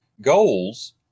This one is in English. goals